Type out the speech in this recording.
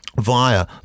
via